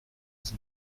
was